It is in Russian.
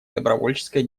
добровольческой